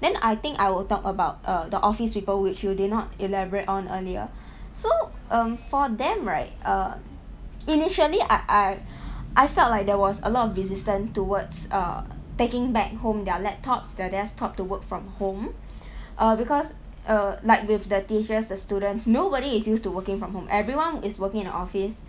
then I think I will talk about err the office people which you did not elaborate on earlier so um for them right err initially I I I felt like there was a lot of resistance towards err taking back home their laptops their desktops to work from home err because err like with the teachers the students nobody is used to working from home everyone is working in an office